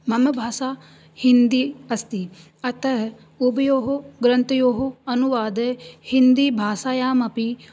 मम भाषा हिन्दी अस्ति अतः उभययोः ग्रन्थयोः अनुवाद हिन्दीभाषायामपि